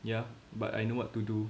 ya but I know what to do